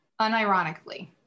unironically